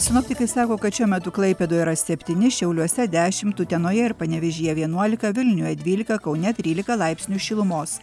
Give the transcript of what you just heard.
sinoptikai sako kad šiuo metu klaipėdoje yra septyni šiauliuose dešimt utenoje ir panevėžyje vienuolika vilniuje dvylika kaune trylika laipsnių šilumos